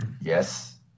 Yes